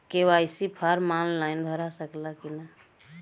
KYC form online भरा सकला की ना?